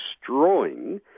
destroying